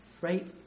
right